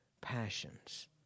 passions